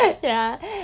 mmhmm